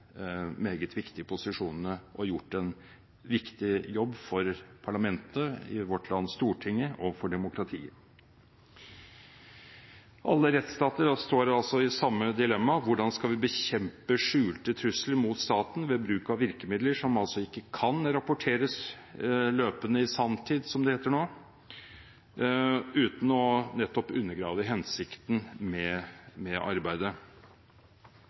meget viktige posisjonene og gjort en viktig jobb for parlamentet – i vårt land Stortinget – og for demokratiet. Alle rettsstater står altså i samme dilemma: Hvordan skal vi bekjempe skjulte trusler mot staten ved bruk av virkemidler som ikke kan rapporteres løpende i sanntid – som det heter nå – uten å undergrave hensikten med arbeidet?